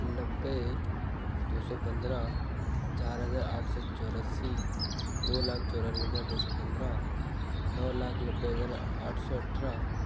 नब्बे दो सौ पंद्रह चार हज़ार आठ सौ चौरासी दो लाख चौरानवे हज़ार दो सौ पंद्रह नौ लाख नब्बे हज़ार आठ सौ अठारह